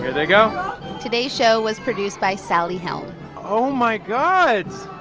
they go today's show was produced by sally helm oh, my god.